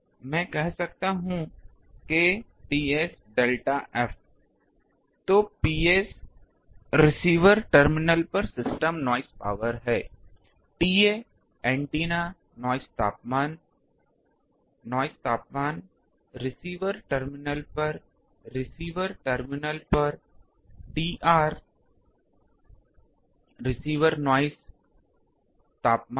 मैं कह सकता हूँ K Ts डेल्टा f तो Ps रिसीवर टर्मिनल पर सिस्टम नॉइस पावर है TA ऐन्टेना नॉइस तापमान नॉइस तापमान रिसीवर टर्मिनल पर रिसीवर रिसीवर टर्मिनल पर Tr रिसीवर नॉइस तापमान है